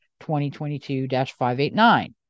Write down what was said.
2022-589